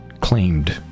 claimed